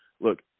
look